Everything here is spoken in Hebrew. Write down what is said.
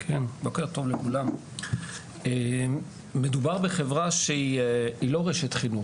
בוקר טוב לכולם, מדובר בחברה שהיא לא רשת חינוך.